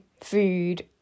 food